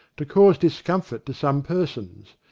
to cause discomfort to some persons.